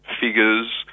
figures